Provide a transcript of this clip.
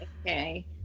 okay